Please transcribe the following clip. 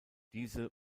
diese